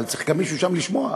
אבל צריך גם מישהו שם לשמוע.